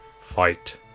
Fight